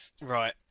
Right